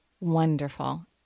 Wonderful